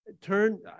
Turn